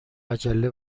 عجله